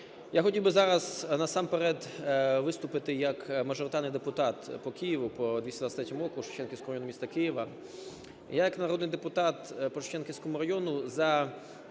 Я хотів би зараз насамперед виступити як мажоритарний депутат по Києву, по 223 округу Шевченківського району міста Києва. Я як народний депутат по Шевченківському району